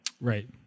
Right